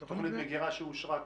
זו תוכנית מגירה שאושרה כבר?